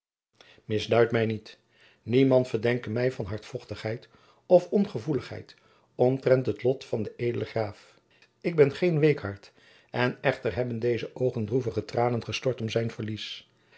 misduid mij niet niemand verdenke mij van hardvochtigheid of ongevoeligheid omtrent het lot van den edelen graaf ik ben geen weekhart en echter hebben deze oogen droevige tranen gestort om zijn verlies